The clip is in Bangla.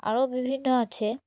আরও বিভিন্ন আছে